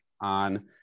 on